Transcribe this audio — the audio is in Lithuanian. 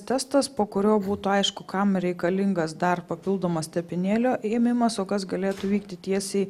testas po kurio būtų aišku kam reikalingas dar papildomas tepinėlio ėmimas o kas galėtų vykti tiesiai